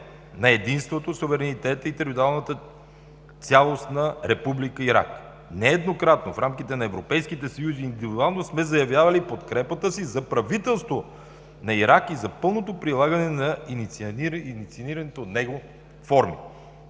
на единството, суверенитета и териториалната цялост на Република Ирак. Нееднократно, в рамките на Европейския съюз и индивидуално, сме заявявали подкрепата си за правителството на Ирак и за пълното прилагане на инициираните от него форуми.